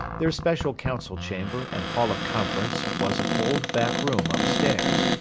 their special council-chamber and hall of conference was an old back-room up-stairs,